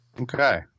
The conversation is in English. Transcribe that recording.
Okay